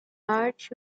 large